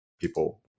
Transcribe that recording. people